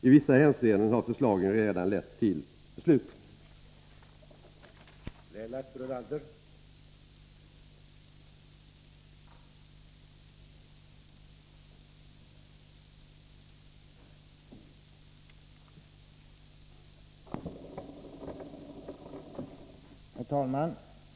I vissa hänseenden har förslagen redan lett till beslut.